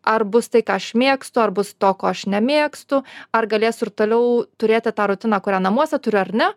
ar bus tai ką aš mėgstu ar bus to ko aš nemėgstu ar galėsiu ir toliau turėti tą rutiną kurią namuose turiu ar ne